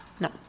No